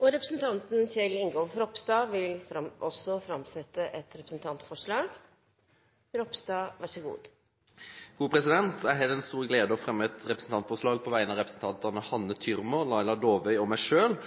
Representanten Kjell Ingolf Ropstad vil framsette et representantforslag. Jeg har gleden av å fremme et representantforslag på vegne av representantene Hanne Thürmer, Laila Dåvøy og meg